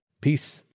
Peace